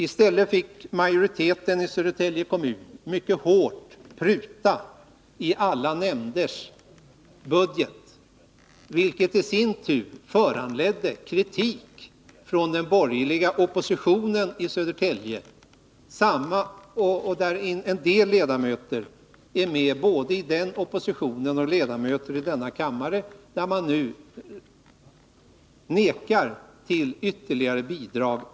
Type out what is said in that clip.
I stället fick majoriteten i Södertälje kommun mycket hårt pruta i alla nämnders budgetar, vilket i sin tur föranledde kritik från den borgerliga oppositionen i Södertälje kommun. En del ledamöter som tillhör både den oppositionen och denna kammare vägrar nu Södertälje kommun ytterligare bidrag.